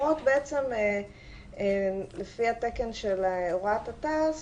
אחות לפי התקן של הוראת התע"ס,